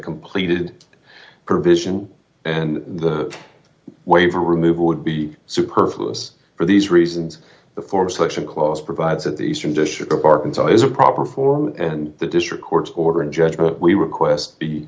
completed provision and the waiver removal would be superfluous for these reasons the for such a clause provides that the eastern district of arkansas is a proper form and the district court's order and judgment we request